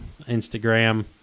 Instagram